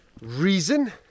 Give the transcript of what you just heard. reason